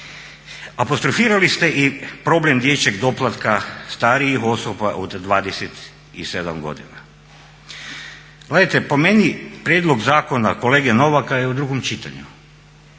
Apostrofirali ste i problem dječjeg doplatka starijih osoba od 27 godina. Gledajte, po meni prijedlog zakona kolege Novaka je u drugom čitanju.